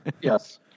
Yes